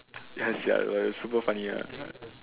ya sia it was super funny ah